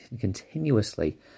continuously